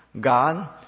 God